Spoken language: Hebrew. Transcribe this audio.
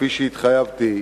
כפי שהתחייבתי,